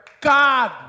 God